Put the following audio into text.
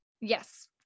Yes